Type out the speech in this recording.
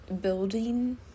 building